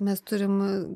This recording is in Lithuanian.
mes turim